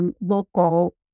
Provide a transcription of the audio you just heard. local